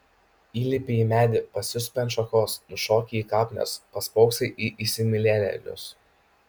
įlipi į medį pasisupi ant šakos nušoki į kapines paspoksai į įsimylėjėlius